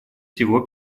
всего